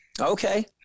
Okay